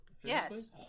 Yes